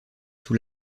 sous